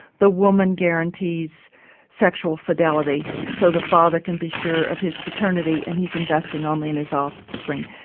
the woman guarantees sexual fidelity so the father can be sure of his paternity and he's investing only in his offspring.